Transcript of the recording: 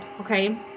okay